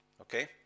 Okay